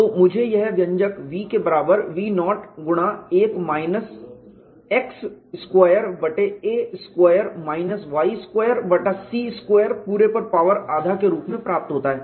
तो मुझे यह व्यंजक v के बराबर v नॉट गुणा 1 माइनस x स्क्वायर बटे a square minus y square बटा c स्क्वायर पूरे पर पावर आधा के रूप में प्राप्त होता है